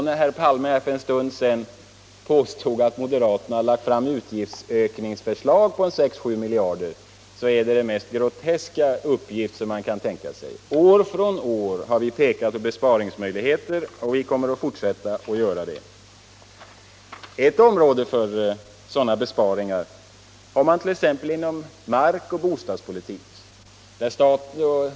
När herr Palme för en stund sedan påstod att moderaterna har lagt fram utgiftsökningsförslag på 6—7 miljarder var det den mest groteska uppgift som man kan tänka sig. År från år har vi pekat på besparingsmöjligheter, och vi kommer att fortsätta att göra det. Ett område för sådana besparingar har vi inom mark och bostadspolitiken.